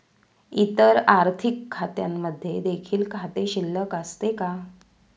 इतर आर्थिक खात्यांमध्ये देखील खाते शिल्लक असते का?